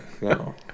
no